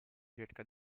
cerca